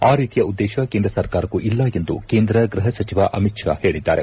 ಆ ರೀತಿಯ ಉದ್ದೇಶ ಕೇಂದ್ರ ಸರ್ಕಾರಕ್ಕೂ ಇಲ್ಲ ಎಂದು ಕೇಂದ್ರ ಗೃಹ ಸಚಿವ ಅಮಿತ್ ಷಾ ಹೇಳಿದ್ದಾರೆ